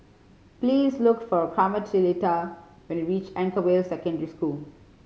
please look for Carmelita when you reach Anchorvale Secondary School